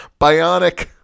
bionic